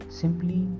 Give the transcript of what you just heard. simply